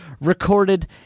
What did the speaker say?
recorded